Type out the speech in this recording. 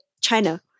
China